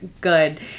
good